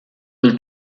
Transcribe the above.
del